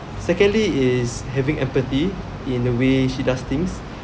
secondly is having empathy in the way she does things